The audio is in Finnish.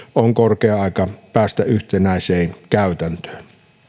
on korkea aika päästä yhtenäiseen käytäntöön